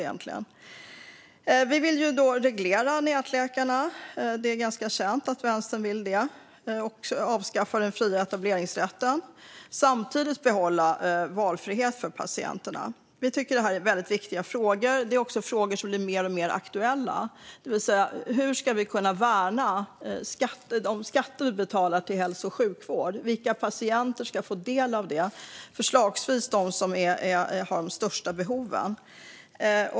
Vänsterpartiet vill reglera nätläkarna - det är ganska känt - och avskaffa den fria etableringsrätten men samtidigt behålla patienternas valfrihet. Vi tycker att det här är väldigt viktiga frågor, och det är också frågor som blir mer och mer aktuella. Det handlar om hur man ska kunna värna skatterna som betalas till hälso och sjukvård och om vilka patienter som ska få del av dem - förslagsvis de som har de största behoven.